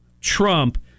Trump